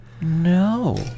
No